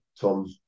Tom